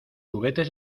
juguetes